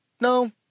No